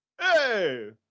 Hey